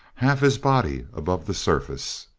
half his body above the surface.